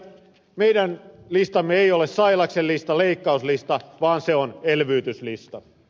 meidän listamme ei ole sailaksen lista leikkauslista vaan se on elvytyslista